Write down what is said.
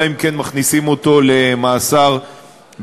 אלא אם כן מכניסים אותו למאסר בפועל.